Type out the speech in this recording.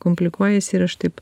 eidavo komplikuojasi ir aš taip